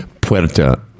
Puerta